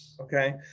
Okay